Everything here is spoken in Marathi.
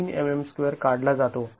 ३ mm2 काढला जातो